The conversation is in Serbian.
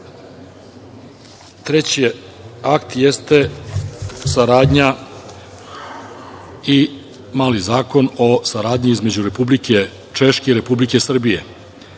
dr.Treći akt jeste saradnja i novi zakon o saradnji između Republike Češke i Republike Srbije.